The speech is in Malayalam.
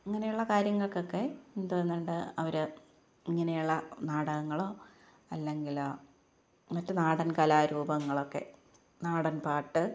അങ്ങനെയുള്ള കാര്യങ്ങൾക്കൊക്കെ എന്തോന്നുണ്ട് അവര് ഇങ്ങനെയുള്ള നാടകങ്ങളോ അല്ലെങ്കിൽ മറ്റു നാടന് കലാരൂപങ്ങളൊക്കെ നാടന് പാട്ട്